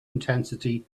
intensity